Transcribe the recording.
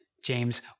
James